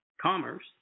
commerce